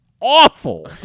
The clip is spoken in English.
awful